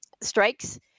strikes